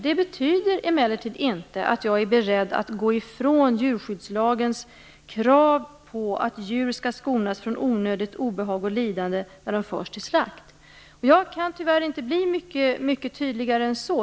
Det betyder emellertid inte att jag är beredd att gå ifrån djurskyddslagens krav på att djur skall skonas från onödigt obehag och lidande när de förs till slakt. Jag kan tyvärr inte bli mycket tydligare än så.